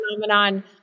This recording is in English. phenomenon